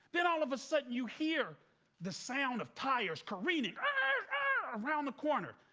then all of a sudden you hear the sound of tires screaming ah around the corner,